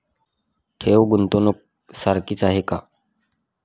ठेव, गुंतवणूक सारखीच आहे का?